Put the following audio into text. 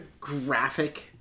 graphic